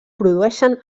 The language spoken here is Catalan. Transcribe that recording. produeixen